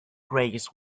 greyish